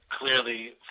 clearly